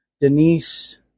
Denise